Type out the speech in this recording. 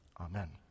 Amen